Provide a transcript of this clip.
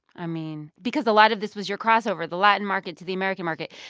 i mean. because a lot of this was your crossover, the latin market to the american market.